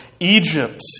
Egypt